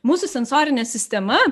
mūsų sensorinė sistema